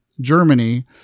Germany